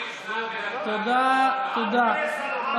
תודה, תודה.